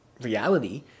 reality